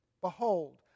Behold